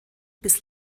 bis